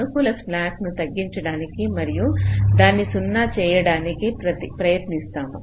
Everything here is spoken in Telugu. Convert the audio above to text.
సానుకూల స్లాక్ను తగ్గించడానికి మరియు దాన్ని 0 చేయడానికి ప్రయత్నిస్తాము